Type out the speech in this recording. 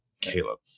Caleb